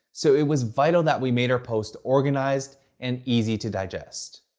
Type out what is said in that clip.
so it was vital that we made our post organized and easy to digest.